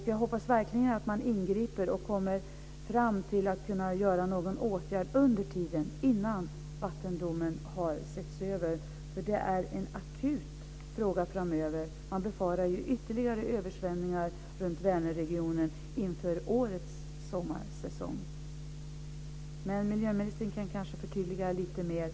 Jag hoppas verkligen att man ingriper och kommer fram till att man kan göra någon åtgärd under tiden, innan vattendomen har setts över, för det är en akut fråga framöver. Man befarar ytterligare översvämningar runt Vänerregionen inför årets sommarsäsong. Men miljöministern kan kanske förtydliga lite mer.